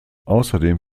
außerdem